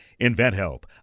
InventHelp